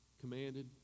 commanded